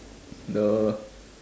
the